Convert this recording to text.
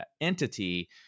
entity